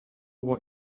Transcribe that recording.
what